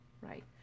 right